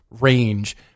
range